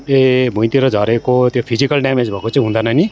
ए भुइँतिर झरेको त्यो फिजिकल ड्यामेज भएको चाहिँ हुँदैन नि